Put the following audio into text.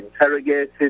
interrogated